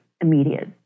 immediate